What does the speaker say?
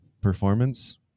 performance